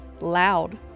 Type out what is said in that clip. loud